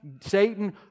Satan